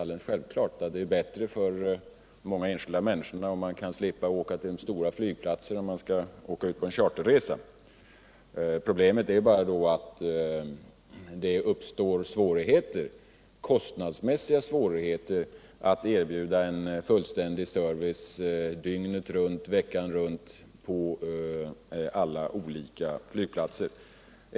Alldeles självklart är det bättre för många enskilda, om de slipper att ta sig till den större flygplatsen när de skall ge sig ut på en charterresa. Problemet är bara att det innebär kostnadsmässiga svårigheter att erbjuda en fullständig service dygnet runt under hela veckan på alla olika flygplatser.